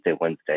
Wednesday